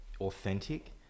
authentic